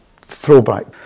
throwback